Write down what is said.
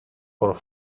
por